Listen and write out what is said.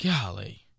Golly